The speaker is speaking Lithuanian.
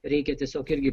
reikia tiesiog irgi